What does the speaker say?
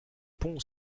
pons